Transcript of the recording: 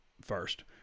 first